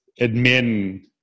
admin